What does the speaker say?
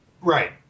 Right